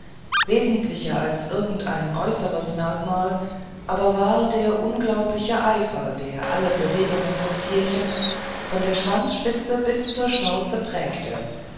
wesentlicher als irgendein äußeres merkmal war aber der unglaubliche eifer der alle bewegungen des tierchens von der schwanzspitze bis zur schnauze prägte